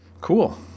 Cool